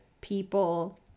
people